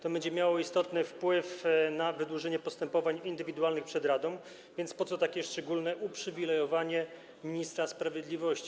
To będzie miało istotny wpływ na wydłużenie postępowań indywidualnych przed radą, więc po co takie szczególne uprzywilejowanie ministra sprawiedliwości?